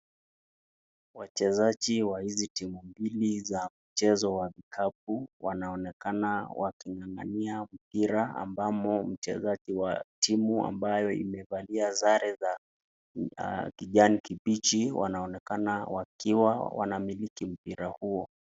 Wachezaji wa hizi timu mbili za mchezo wa kikapu wanaonekana waking'ang'ania mpira, ambamo mchezaji wa timu ambayo imevalia sare za kijani kimbichi wanaonekana wakiwa wanamiliki mpira huo.